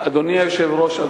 אדוני היושב-ראש,